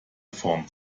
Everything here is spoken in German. form